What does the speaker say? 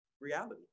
reality